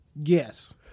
Yes